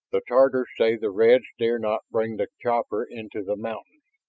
the tatars say the reds dare not bring the copter into the mountains.